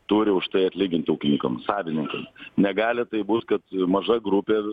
turi už tai atlyginti ūkininkams savininkui negali taip būt kad maža grupė